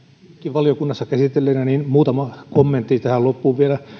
valiokunnassa käsitelleenä sanoisin muutaman kommentin vielä tähän loppuun